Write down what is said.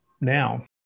now